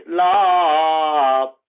love